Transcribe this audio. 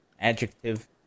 adjective